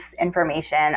information